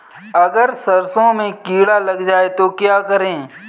अगर सरसों में कीड़ा लग जाए तो क्या करें?